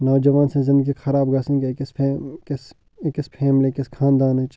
نَوجوان سٕنٛز زندگی خراب گَژھٕنۍ گٔے أکِس فیم أکِس أکِس فیملی أکِس خاندانٕچ